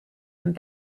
and